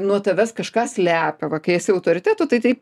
nuo tavęs kažką slepia va kai esi autoritetu tai taip